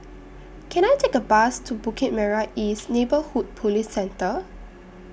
Can I Take A Bus to Bukit Merah East Neighbourhood Police Centre